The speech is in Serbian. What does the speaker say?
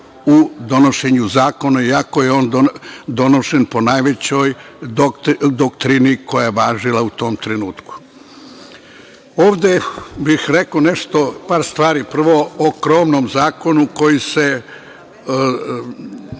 u donošenju zakona, iako je on donet po najvećoj doktrini koja je važila u tom trenutku. Ovde bih rekao par stvari. Prvo o krovnom zakonu, o kome